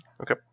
Okay